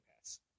Pass